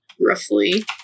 roughly